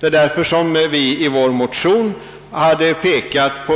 Det är därför som vi i vår motion har pekat på